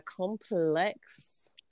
complex